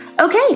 Okay